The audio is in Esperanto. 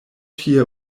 tie